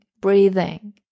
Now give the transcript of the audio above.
breathing